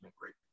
great